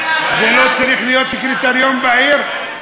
זה לא צריך להיות קריטריון בעיר?